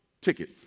ticket